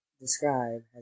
Describe